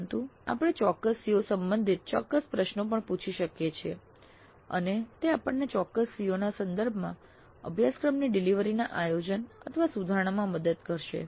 પરંતુ આપણે ચોક્કસ COs સંબંધિત ચોક્કસ પ્રશ્નો પણ પૂછી શકીએ છીએ અને તે આપણને ચોક્કસ COs ના સંદર્ભમાં અભ્યાસક્રમની ડિલિવરી ના આયોજનસુધારણામાં મદદ કરશે